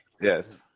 yes